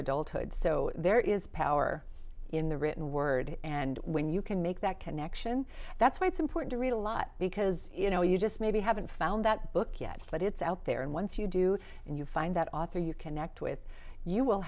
adulthood so there is power in the written word and when you can make that connection that's why it's important to read a lot because you know you just maybe haven't found that book yet but it's out there and once you do and you find that author you connect with you will